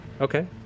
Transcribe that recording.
Okay